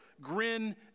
grin